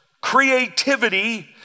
creativity